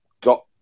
got